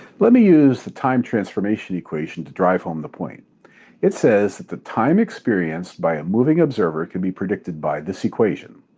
let me use the time transformation equation to drive home the point it says that that the time experienced by a moving observer can be predicted by this equation.